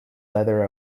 leather